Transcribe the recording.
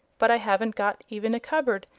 but i haven't got even a cupboard,